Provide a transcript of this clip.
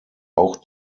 auch